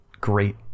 great